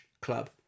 club